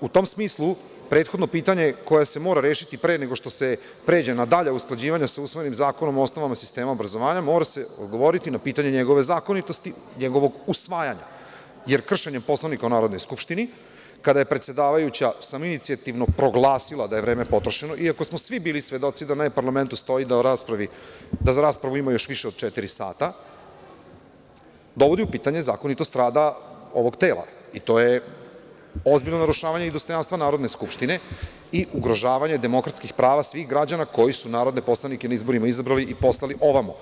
u tom smislu prethodno pitanje koje se mora rešiti pre nego što se pređe na dalja usklađivanja sa usvojenim Zakonom o osnovama sistema obrazovanja, mora se odgovoriti na pitanje njegove zakonitosti njegovog usvajanja, jer kršenjem Poslovnika o Narodnoj skupštini, kada je predsedavajuća samoinicijativno proglasila da je vreme potrošeno, iako smo svi bili svedoci da na E-parlamentu stoji da za raspravu ima još više od četiri sata, dovodi u pitanje zakonitost rada ovog tela i to je ozbiljno narušavanje i dostojanstva Narodne skupštine i ugrožavanje demokratskih prava svih građana koji su narodne poslanike na izborima izabrali i poslali ovamo.